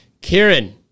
Kieran